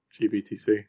GBTC